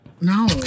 No